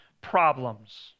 problems